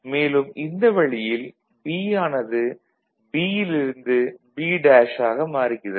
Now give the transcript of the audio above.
மேலும் இந்த வழியில் B ஆனது B ல் இருந்து B' ஆக மாறுகிறது